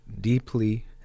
deeply